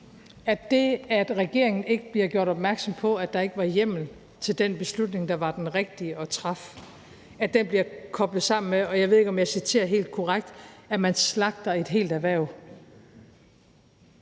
det, at regeringen ikke bliver gjort opmærksom på, at der ikke var hjemmel til den beslutning, der var den rigtige at træffe, bliver koblet sammen med, og jeg ved ikke, om jeg citerer helt korrekt: at man slagter et helt erhverv.